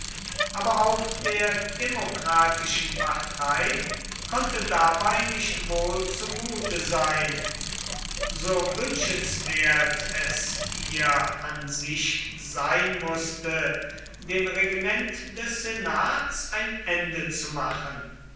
aber auch der demokratischen partei konnte dabei nicht wohl zu mute sein so wünschenswert es ihr an sich sein mußte dem regiment des senats ein ende zu machen